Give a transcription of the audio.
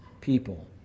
people